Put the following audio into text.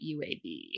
UAB